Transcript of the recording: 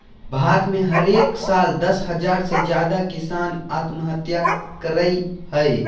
भारत में हरेक साल दस हज़ार से ज्यादे किसान आत्महत्या करय हय